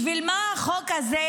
בשביל מה החוק הזה,